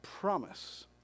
promise